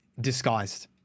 disguised